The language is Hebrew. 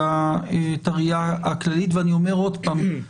אלא את הראייה הכללית ואני אומר עוד פעם,